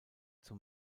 zum